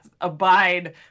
abide